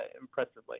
impressively